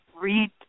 read